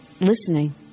listening